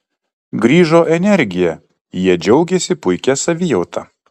grįžo energija jie džiaugėsi puikia savijauta